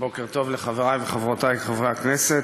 בוקר טוב לחברי וחברותי חברי הכנסת.